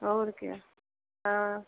और क्या हाँ